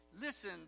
listen